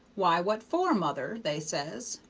why, what for, mother they says.